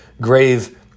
grave